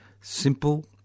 Simple